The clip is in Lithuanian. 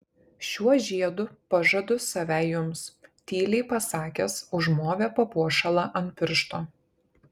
šiuo žiedu pažadu save jums tyliai pasakęs užmovė papuošalą ant piršto